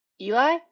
Eli